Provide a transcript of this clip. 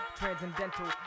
transcendental